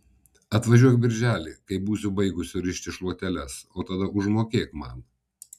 atvažiuok birželį kai būsiu baigusi rišti šluoteles o tada užmokėk man